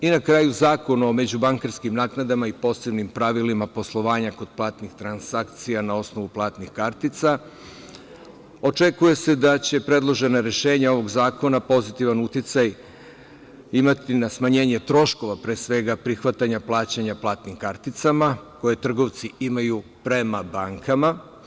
Na kraju, Zakon o međubankarskim naknadama i posebnim pravilima poslovanja kod platnih transakcija na osnovu platnih kartica, očekuje se da će predložena rešenja ovog zakona pozitivan uticaj imati na smanjenje troškova, pre svega prihvatanja plaćanja platnim karticama, koje trgovci imaju prema bankama.